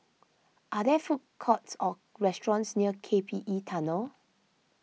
are there food courts or restaurants near K P E Tunnel